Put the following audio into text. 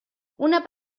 una